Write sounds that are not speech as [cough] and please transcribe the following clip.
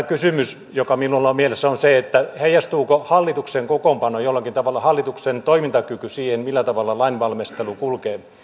[unintelligible] kysymys joka minulla on mielessäni on se heijastuuko hallituksen kokoonpano jollakin tavalla hallituksen toimintakyky siihen millä tavalla lainvalmistelu kulkee